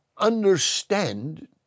understand